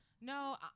No